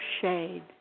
shade